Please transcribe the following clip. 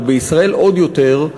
אבל בישראל עוד יותר,